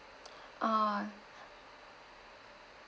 ah